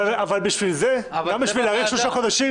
אבל גם כדי להאריך בשלושה חודשים,